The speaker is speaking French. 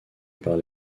par